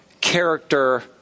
character